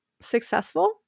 successful